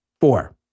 four